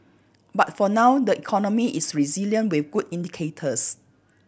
but for now the economy is resilient with good indicators